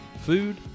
food